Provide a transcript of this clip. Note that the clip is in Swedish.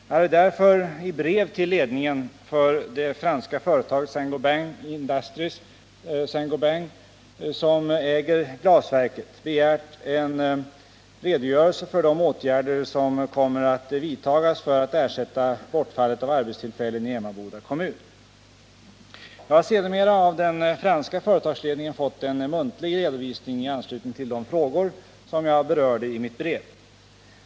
Jag hade därför i brev till ledningen för det franska företaget Saint Gobain Industries , som äger glasverket, begärt en redogörelse för de åtgärder som kommer att vidtas för att ersätta bortfallet av arbetstillfällen i Emmaboda kommun. Jag har sedermera av den franska företagsledningen fått en muntlig redovisning i anslutning till de frågor som jag berörde i mitt brev.